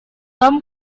tom